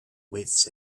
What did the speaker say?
wits